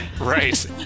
Right